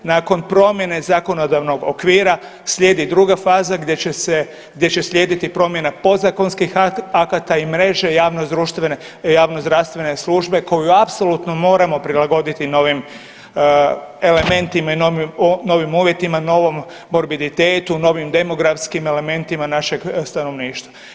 Nakon promjene zakonodavnog okvira slijedi druga faza gdje će slijediti promjena podzakonskih akata i mreža javnozdravstvene službe koju apsolutno moramo prilagoditi novim elementima i novim uvjetima, novom morbiditetu, novim demografskim elementima našeg stanovništva.